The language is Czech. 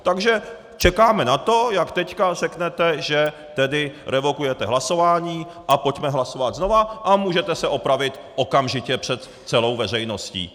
Takže čekáme na to, jak teď řeknete, že tedy revokujete hlasování a pojďme hlasovat znova, a můžete se opravit okamžitě před celou veřejností.